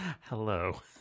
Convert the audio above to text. Hello